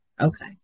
Okay